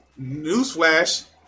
newsflash